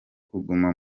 kuguma